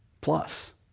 plus